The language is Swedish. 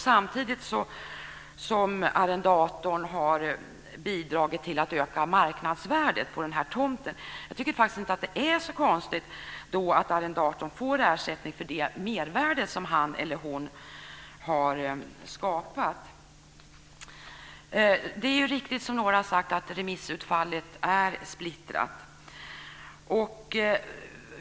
Samtidigt har arrendatorn bidragit till att öka marknadsvärdet på den här tomten. Jag tycker faktiskt inte att det då är så konstigt att arrendatorn får ersättning för det mervärde som han eller hon har skapat. Det är riktigt som några har sagt att remissutfallet är splittrat.